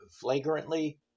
flagrantly